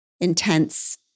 intense